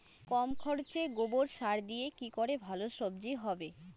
কম খরচে গোবর সার দিয়ে কি করে ভালো সবজি হবে?